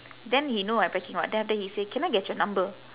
then he know I packing [what] then after that he say can I get your number